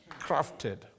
Crafted